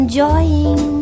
Enjoying